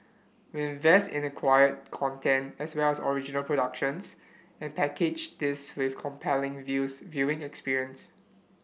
we invest in acquired content as well as original productions and package this with compelling viewing experience